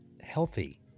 healthy